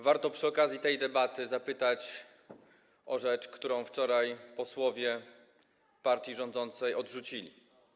Warto przy okazji tej debaty zapytać o rzecz, którą wczoraj posłowie partii rządzącej odrzucili.